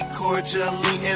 cordially